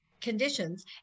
conditions